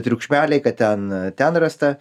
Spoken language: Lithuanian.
triukšmeliai kad ten ten rasta